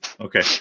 okay